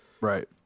Right